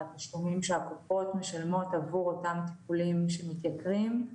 והתשלומים שהקופות משלמות עבור אותם טיפולים שמתייקרים.